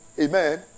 Amen